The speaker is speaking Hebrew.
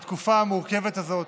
בתקופה המורכבת הזאת,